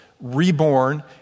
reborn